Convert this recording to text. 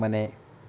ಮನೆ